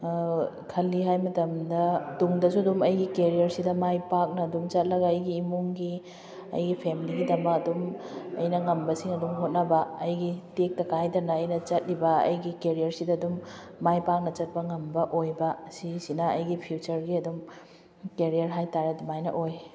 ꯈꯜꯂꯤ ꯍꯥꯏ ꯃꯇꯝꯗ ꯇꯨꯡꯗꯁꯨ ꯑꯗꯨꯝ ꯑꯩꯒꯤ ꯀꯦꯔꯤꯌꯔꯁꯤꯗ ꯃꯥꯏ ꯄꯥꯛꯅ ꯑꯗꯨꯝ ꯆꯠꯂꯒ ꯑꯩꯒꯤ ꯏꯃꯨꯡꯒꯤ ꯑꯩꯒꯤ ꯐꯦꯃꯤꯂꯤꯒꯤꯗꯃꯛ ꯑꯗꯨꯝ ꯑꯩꯅ ꯉꯝꯕꯁꯤꯡ ꯑꯗꯨꯝ ꯍꯣꯠꯅꯕ ꯑꯩꯒꯤ ꯇꯦꯛꯇ ꯀꯥꯏꯗꯅ ꯑꯩꯅ ꯆꯠꯂꯤꯕ ꯑꯩꯒꯤ ꯀꯦꯔꯤꯌꯔꯁꯤꯗ ꯑꯗꯨꯝ ꯃꯥꯏ ꯄꯥꯛꯅ ꯆꯠꯄ ꯉꯝꯕ ꯑꯣꯏꯕ ꯑꯁꯤ ꯁꯤꯅ ꯑꯩꯒꯤ ꯐ꯭ꯌꯨꯆꯔꯒꯤ ꯑꯗꯨꯝ ꯀꯦꯔꯤꯌꯔ ꯍꯥꯏꯇꯥꯔꯦ ꯑꯗꯨꯃꯥꯏꯅ ꯑꯣꯏ